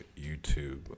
YouTube